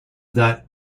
that